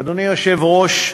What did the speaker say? אדוני היושב-ראש,